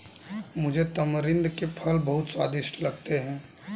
मुझे तमरिंद के फल बहुत स्वादिष्ट लगते हैं